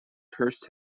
cursed